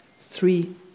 three